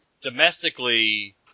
Domestically